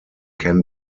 can